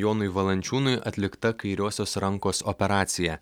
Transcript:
jonui valančiūnui atlikta kairiosios rankos operacija